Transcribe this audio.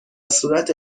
صورت